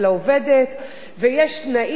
ויש תנאים שהם נלווים,